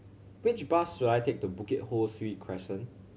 which bus should I take to Bukit Ho Swee Crescent